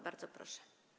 Bardzo proszę.